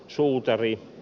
suutari